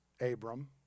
Abram